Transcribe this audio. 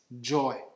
joy